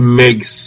makes